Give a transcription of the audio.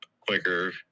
quicker